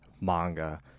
manga